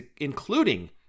including